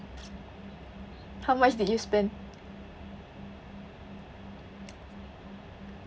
how much did you spend